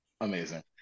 Amazing